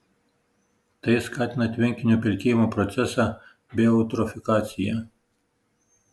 tai skatina tvenkinio pelkėjimo procesą bei eutrofikaciją